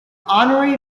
honorary